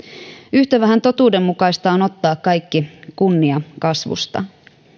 yhtä vähän totuudenmukaista on ottaa kaikki kunnia kasvusta